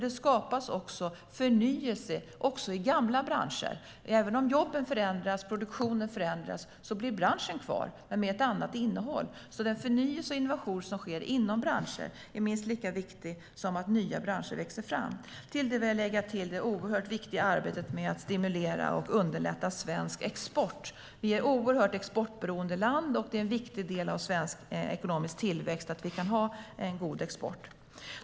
Det skapas nämligen förnyelse även i gamla branscher; även om jobben och produktionen förändras blir branschen kvar, men med ett annat innehåll. Den förnyelse och innovation som sker inom branscher är alltså minst lika viktig som att nya branscher växer fram. Till detta vill jag lägga det mycket viktiga arbetet med att stimulera och underlätta svensk export. Vi är ett oerhört exportberoende land, och det är en viktig del av svensk ekonomisk tillväxt att vi kan ha en god export.